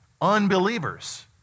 unbelievers